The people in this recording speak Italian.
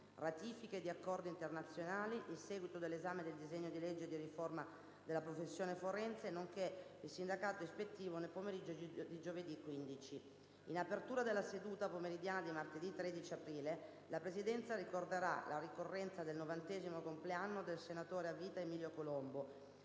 ratifiche di accordi internazionali, il seguito dell'esame del disegno di legge di riforma della professione forense, nonché il sindacato ispettivo nel pomeriggio di giovedì 15. In apertura della seduta pomeridiana di martedì 13 aprile la Presidenza ricorderà la ricorrenza del novantesimo compleanno del senatore a vita Emilio Colombo.